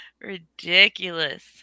ridiculous